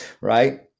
right